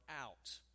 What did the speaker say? out